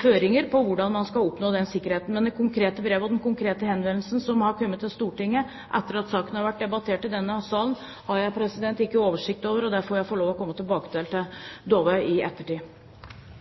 føringer for hvordan man skal oppnå den sikkerheten. Men det konkrete brevet og den konkrete henvendelsen som har kommet til Stortinget etter at saken ble debattert i denne salen, har jeg ikke oversikt over, og det må jeg få lov til å komme tilbake til Dåvøy med i ettertid. Vi går til